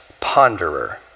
ponderer